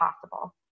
possible